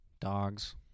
dogs